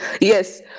yes